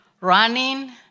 running